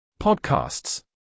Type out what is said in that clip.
Podcasts